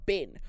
Bin